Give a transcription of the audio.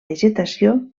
vegetació